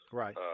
right